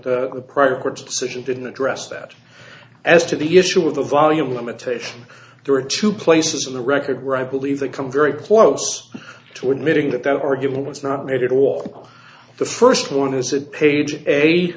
the pride of court's decision didn't address that as to the issue of the volume limitation there are two places in the record where i believe they come very close to admitting that that argument was not made it all the first one is that page